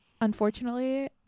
unfortunately